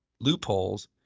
loopholes